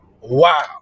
Wow